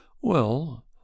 Well